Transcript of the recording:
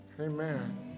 Amen